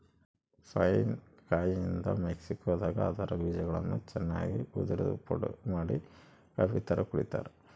pine ಕಾಯಿಯಿಂದ ಮೆಕ್ಸಿಕೋದಾಗ ಅದರ ಬೀಜಗಳನ್ನು ಚನ್ನಾಗಿ ಉರಿದುಪುಡಿಮಾಡಿ ಕಾಫಿತರ ಕುಡಿತಾರ